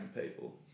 people